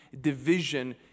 division